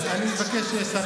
אני מבקש שיהיה שר אחר.